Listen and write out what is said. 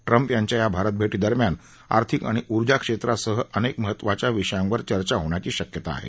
Trump यांच्या या भारतभेटीदरम्यान आर्थिक आणि ऊर्जा क्षेत्रासह अनेक महत्त्वाच्या विषयांवर चर्चा होण्याची शक्यता आहे